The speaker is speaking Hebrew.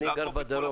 אני גר בדרום,